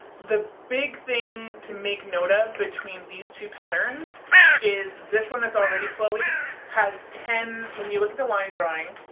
the big thing to make note of between these two patterns is, this one, that's already flowy has ten, when you look at the line drawing,